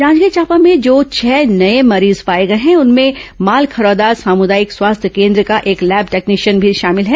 जांजगीर चांपा में जो छह नए मरीज पाए गए हैं उनमें मालखरौदा सामुदायिक स्वास्थ्य केन्द्र का एक लैब टेक्नीशियन भी शामिल है